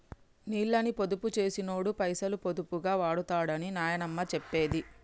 నీళ్ళని పొదుపు చేసినోడే పైసలు పొదుపుగా వాడుతడని నాయనమ్మ చెప్పేది